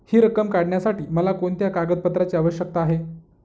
हि रक्कम काढण्यासाठी मला कोणत्या कागदपत्रांची आवश्यकता आहे?